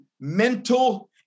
mental